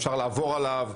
אפשר לעבור עליו,